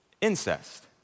Incest